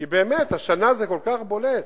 כי באמת, השנה זה כל כך בולט